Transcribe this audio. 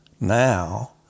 now